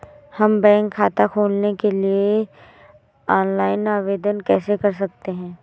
हम बैंक खाता खोलने के लिए ऑनलाइन आवेदन कैसे कर सकते हैं?